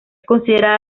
considerada